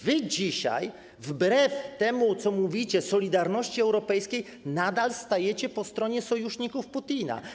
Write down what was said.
Wy dzisiaj wbrew temu, co mówicie, wbrew solidarności europejskiej nadal stajecie po stronie sojuszników Putina.